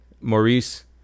Maurice